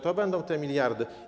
To będą te miliardy.